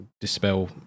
dispel